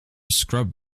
scrub